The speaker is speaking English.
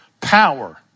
power